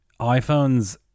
iPhones